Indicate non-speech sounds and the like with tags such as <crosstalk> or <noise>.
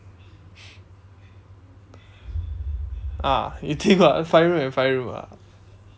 ah you think [what] <laughs> five room and five room ah